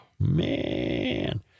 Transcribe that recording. Man